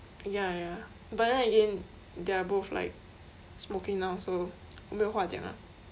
ya ya but then again they are both like smoking now so 没有话讲 ah